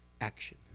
action